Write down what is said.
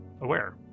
aware